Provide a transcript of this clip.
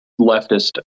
leftist